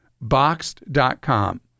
boxed.com